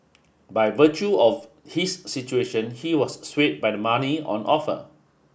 by virtue of his situation he was swayed by the money on offer